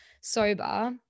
sober